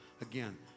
Again